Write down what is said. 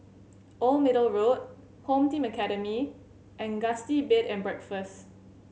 Old Middle Road Home Team Academy and Gusti Bed and Breakfast